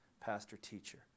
pastor-teacher